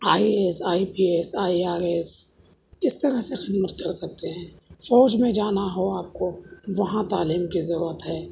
I A S I P S I R S اس طرح سے خدمت کر سکتے ہیں فوج میں جانا ہو آپ کو وہاں تعلیم کی ضرورت ہے